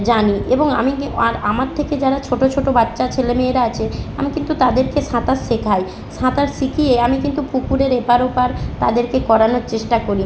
জানি এবং আমি কে আর আমার থেকে যারা ছোটো ছোটো বাচ্চা ছেলে মেয়েরা আছে আমি কিন্তু তাদেরকে সাঁতার শেখাই সাঁতার শিখিয়ে আমি কিন্তু পুকুরের এপার ওপার তাদেরকে করানোর চেষ্টা করি